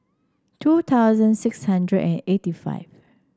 two thousand six hundred and eighty five